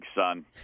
son